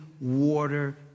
water